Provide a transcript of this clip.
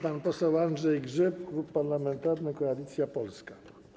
Pan poseł Andrzej Grzyb, Klub Parlamentarny Koalicja Polska.